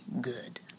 good